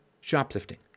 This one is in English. shoplifting